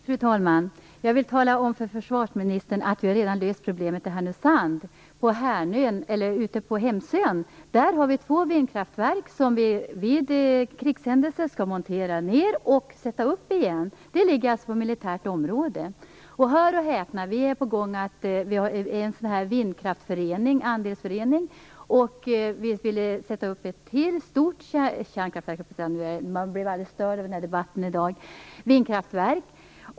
Fru talman! Jag vill bara berätta för försvarsministern att vi redan har löst problemet i Härnösand. Ute på Hemsön har vi två vindkraft som vid krigshändelse skall monteras ner och sedan sättas upp igen. De är alltså belägna på militärt område. Och hör och häpna, vi i vindkraftföreningen - som är en andelsförening - är på gång att sätta upp ytterligare ett vindkraftverk.